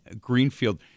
Greenfield